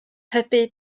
hybu